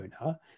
owner